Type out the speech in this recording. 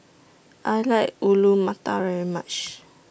I like Alu Matar very much